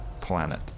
planet